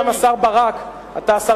גם אתה, השר מופז, היית שר